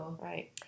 Right